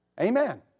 Amen